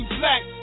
black